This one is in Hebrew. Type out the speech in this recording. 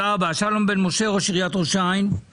שלום בן משה, ראש עיריית ראש העין.